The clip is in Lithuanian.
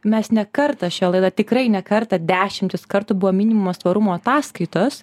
mes ne kartą šią laidą tikrai ne kartą dešimtis kartų buvo minimos tvarumo ataskaitos